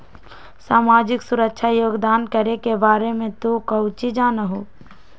सामाजिक सुरक्षा योगदान करे के बारे में तू काउची जाना हुँ?